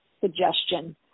suggestion